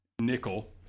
nickel